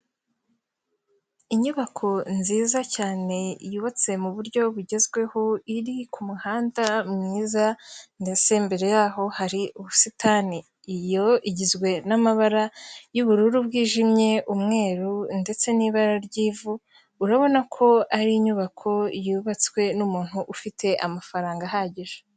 Inyubako nziza cyane yubatse mu buryo bugezweho, iri kumuhanda mwiza, ndetse imbere yaho hari ubusitani, yo igizwe n'amabara y'ubururu bwijimye, umweru ndetse n'ibara ry'ivu, urabona ko ari inyubako yubatswe n'umuntu ufite amafaranga ahagije.